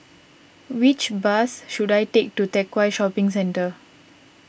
which bus should I take to Teck Whye Shopping Centre